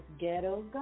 Ghetto